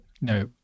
No